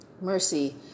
mercy